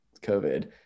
COVID